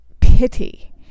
pity